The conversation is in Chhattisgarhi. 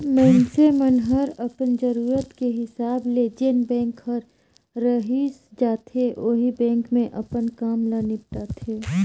मइनसे मन हर अपन जरूरत के हिसाब ले जेन बेंक हर रइस जाथे ओही बेंक मे अपन काम ल निपटाथें